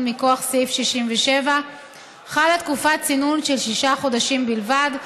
מכוח סעיף 67 חלה תקופת צינון של שישה חודשים בלבד,